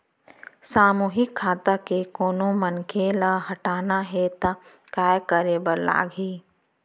सामूहिक खाता के कोनो मनखे ला हटाना हे ता काय करे बर लागही?